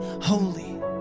holy